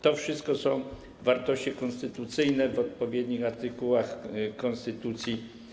To wszystko to są wartości konstytucyjne, zawarte w odpowiednich artykułach konstytucji.